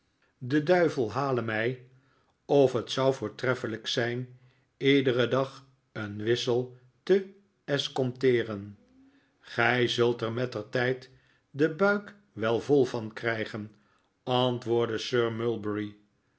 de duivel hale mij of het zou voortreffelijk zijn iederen dag een wissel te escompteeren gij zult er mettertijd den buik wel vol van krijgen antwoordde sir mulberry